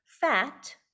fat